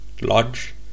Lodge